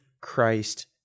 Christ